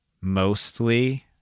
mostly